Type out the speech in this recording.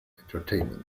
entertainment